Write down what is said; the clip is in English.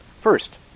First